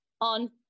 on